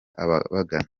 ababagana